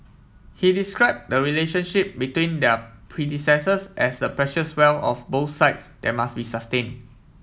he described the relationship between their predecessors as the precious wealth of both sides that must be sustained